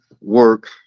work